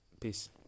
peace